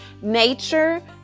nature